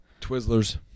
Twizzlers